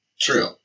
True